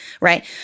right